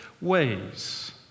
ways